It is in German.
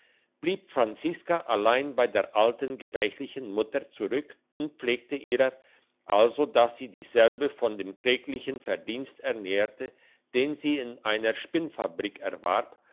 blieb franziska allein bei der alten gebrechlichen mutter zurück und pflegte ihrer also dass sie dieselbe von dem kärglichen verdienst ernährte den sie in einer spinnfabrik erwarb